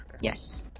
Yes